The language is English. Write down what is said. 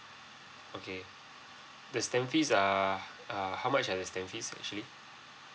okay the stamp fees are err how much are the stamp fees actually